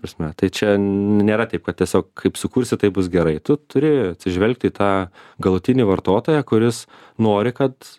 ta prasme tai čia nėra taip kad tiesiog kaip sukursi taip bus gerai tu turi atsižvelgti į tą galutinį vartotoją kuris nori kad